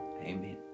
amen